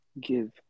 give